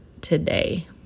today